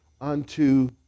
unto